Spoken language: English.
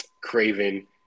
Craven